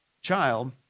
Child